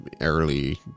early